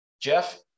Jeff